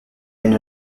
elle